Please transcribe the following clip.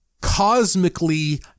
cosmically